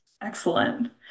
Excellent